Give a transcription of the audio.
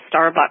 Starbucks